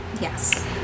yes